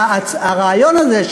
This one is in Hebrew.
הרעיון הזה,